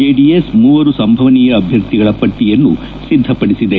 JDS ಮೂವರು ಸಂಭನೀಯ ಅಭ್ಯರ್ಥಿಗಳ ಪಟ್ಟಿಯನ್ನು ಸಿದ್ದಪಡಿಸಿದೆ